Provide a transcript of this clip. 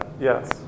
Yes